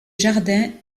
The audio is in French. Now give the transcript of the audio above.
jardins